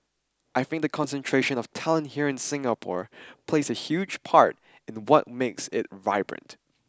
I think the concentration of talent here in Singapore plays a huge part in the what makes it vibrant